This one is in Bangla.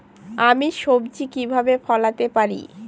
আমি সবজি কিভাবে ফলাতে পারি?